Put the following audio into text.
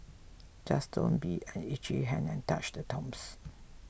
just don't be an itchy hand and touch the tombs